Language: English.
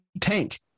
tank